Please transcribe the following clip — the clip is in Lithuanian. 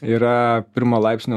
yra pirmo laipsnio